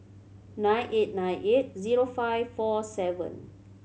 nine eight nine eight zero five four seven